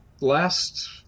Last